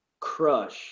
crush